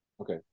Okay